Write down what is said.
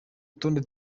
rutonde